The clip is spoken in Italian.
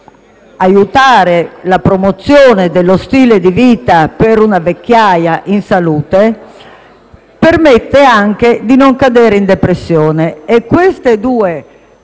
ad aiutare la promozione dello stile di vita per una vecchiaia in salute, permette anche di non cadere in depressione.